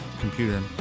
computer